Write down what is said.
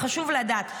זה חשוב לדעת,